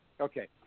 Okay